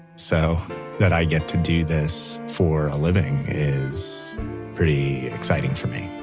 so that i get to do this for a living is pretty exciting for me